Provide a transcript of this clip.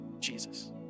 Jesus